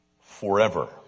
forever